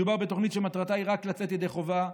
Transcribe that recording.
מדובר בתוכנית שמטרתה היא רק לצאת ידי חובה,